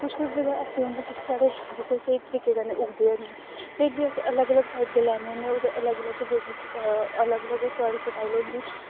कुछ कुछ जगह ऐसी होंदी जित्थे साढ़े बूहटे स्हेई तरीके कन्नै उगदे हैनी फिर बी अस अलग अलग टाइप दे लान्ने होन्ने ओह्दा अलग अलग बेबी च अलग अलग साइल फर्टाइल होंदी